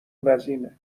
وزینه